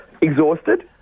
Exhausted